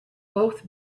both